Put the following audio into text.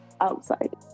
outside